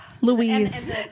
Louise